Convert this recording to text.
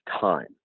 time